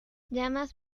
llamas